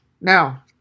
Now